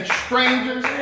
strangers